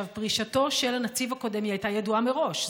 פרישתו של הנציב הקודם הייתה ידועה מראש.